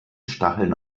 stacheln